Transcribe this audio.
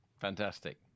Fantastic